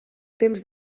temps